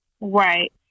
Right